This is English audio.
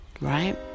right